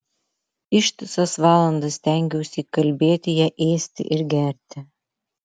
ištisas valandas stengiausi įkalbėti ją ėsti ir gerti